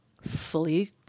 fully